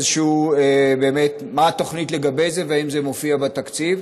מה התוכנית לגבי זה, והאם זה מופיע בתקציב?